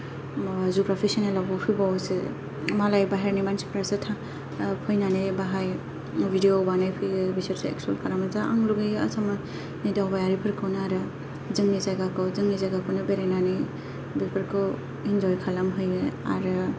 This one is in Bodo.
मा जुग्राफि सेनेलावबो फैबावोसो मालाय बाहेरनि मानसिफोरासो थां फैनानै बेहाय भिदिअ बानायफैयो बिसोरसो एक्सुवेल खालामो जा आं लुबैयो आसामनि दावबायारिफोरखौनो आरो जोंनि जायगाखौ जोंनि जायगाखौनो बेरायनानै बेफोरखौ इन्जय खालामहैयो आरो